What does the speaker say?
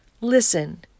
listen